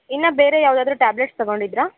ಇನ್ನೂ ಬೇರೆ ಯಾವುದಾದ್ರೂ ಟ್ಯಾಬ್ಲೆಟ್ಸ್ ತಗೊಂಡಿದ್ರಾ